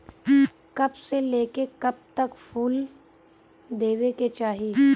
कब से लेके कब तक फुल देवे के चाही?